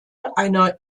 einer